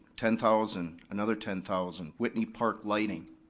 ten thousand, another ten thousand. whitney park lighting.